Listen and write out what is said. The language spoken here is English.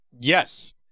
yes